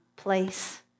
place